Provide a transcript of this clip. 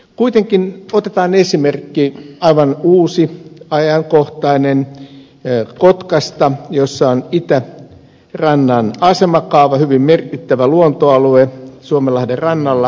kuitenkin otetaan esimerkki aivan uusi ajankohtainen kotkasta jossa on itärannan asemakaava hyvin merkittävä luontoalue suomenlahden rannalla